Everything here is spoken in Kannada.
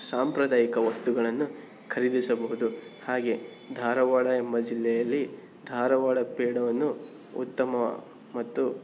ಸಾಂಪ್ರದಾಯಿಕ ವಸ್ತುಗಳನ್ನು ಖರೀದಿಸಬಹುದು ಹಾಗೆ ಧಾರವಾಡ ಎಂಬ ಜಿಲ್ಲೆಯಲ್ಲಿ ಧಾರವಾಡ ಪೇಡವನ್ನು ಉತ್ತಮ ಮತ್ತು